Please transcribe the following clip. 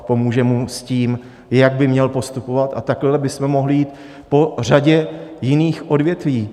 Pomůže mu s tím, jak by měl postupovat, a takhle bychom mohli jít po řadě jiných odvětví.